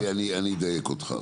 אני אדייק אותך,